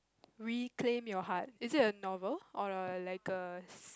Reclaim-Your-Heart is it a novel or a like a